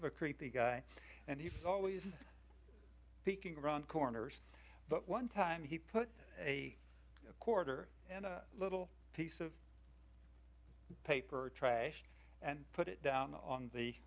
of a creepy guy and he's always peeking around corners but one time he put a quarter and a little piece of paper trash and put it down on the